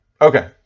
Okay